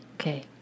Okay